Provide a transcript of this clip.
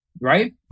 right